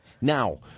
Now